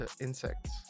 insects